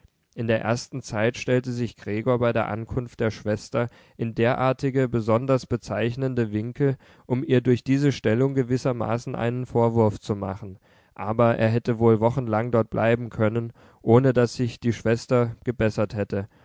in der ersten zeit stellte sich gregor bei der ankunft der schwester in derartige besonders bezeichnende winkel um ihr durch diese stellung gewissermaßen einen vorwurf zu machen aber er hätte wohl wochenlang dort bleiben können ohne daß sich die schwester gebessert hätte